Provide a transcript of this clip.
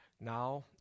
now